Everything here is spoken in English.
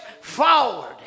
forward